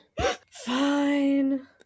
fine